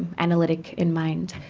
analytic in mind.